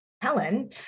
Helen